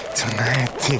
tonight